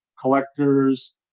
collectors